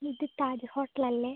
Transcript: ഇത് താജ് ഹോട്ടൽ അല്ലേ